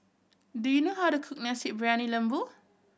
do you know how to cook Nasi Briyani Lembu